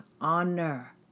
honor